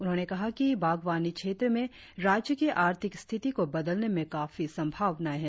उन्होंने कहा कि बागवानी क्षेत्र में राज्य की आर्थिक स्थिति को बदलने में काफी संभावनाएं है